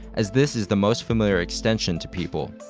as this is the most familiar extension to people.